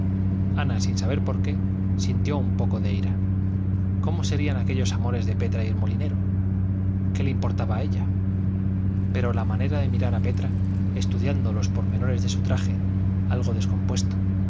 ana sin saber por qué sintió un poco de ira cómo serían aquellos amores de petra y el molinero qué le importaba a ella pero la manera de mirar a petra estudiando los pormenores de su traje algo descompuesto